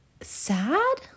Sad